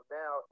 now